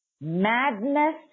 madness